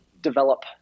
develop